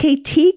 KT